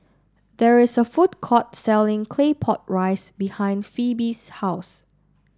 there is a food court selling Claypot Rice behind Phoebe's House